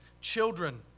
Children